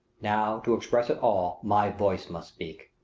now, to express it all, my voice must speak.